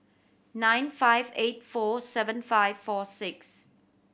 nine five eight four seven five four six